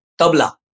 tabla